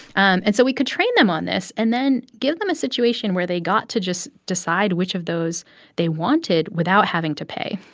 um and so we could train them on this and then give them a situation where they got to just decide which of those they wanted without having to pay.